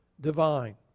divine